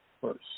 first